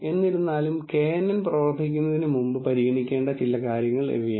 എന്നിരുന്നാലും kNN പ്രയോഗിക്കുന്നതിന് മുമ്പ് പരിഗണിക്കേണ്ട ചില കാര്യങ്ങൾ ഇവയാണ്